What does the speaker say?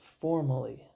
formally